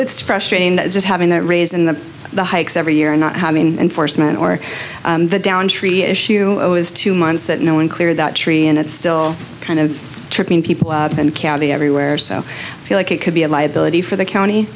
it's frustrating that just having that raise in the the hikes every year and not having enforcement or the downed tree issue is two months that no one clear that tree and it's still kind of tripping people and county everywhere so i feel like it could be a liability for the county